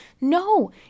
No